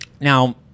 Now